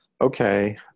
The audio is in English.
okay